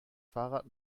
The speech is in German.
fahrrad